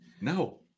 No